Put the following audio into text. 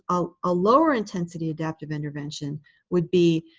ah a lower-intensity adaptive intervention would be,